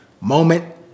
Moment